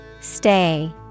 Stay